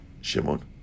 Shimon